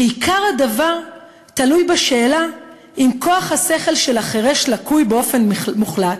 שעיקר הדבר תלוי בשאלה אם כוח השכל של החירש לקוי באופן מוחלט